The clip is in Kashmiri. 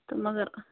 تہٕ مگر